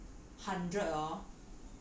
then 如果十双 times